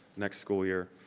next school year,